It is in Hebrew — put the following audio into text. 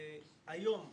בדיוק היום,